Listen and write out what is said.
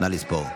נא לספור.